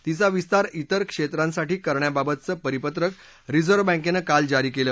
तिचा विस्तार त्रिर क्षेत्रांसाठी करण्याबाबतचं परिपत्रक रिझर्व्ह बँकेनं काल जारी केलं